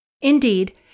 Indeed